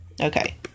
Okay